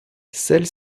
celle